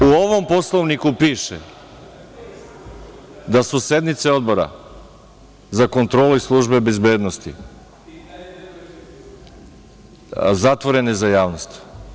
U ovom Poslovniku piše da su sednice Odbora za kontrolu službi bezbednosti zatvorene za javnost.